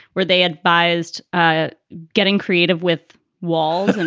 were they advised ah getting creative with walls? and